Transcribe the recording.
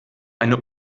eine